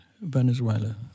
Venezuela